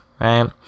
right